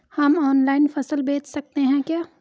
हम ऑनलाइन फसल बेच सकते हैं क्या?